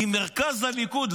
עם מרכז הליכוד?